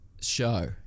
show